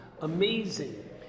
amazing